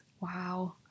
Wow